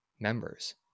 members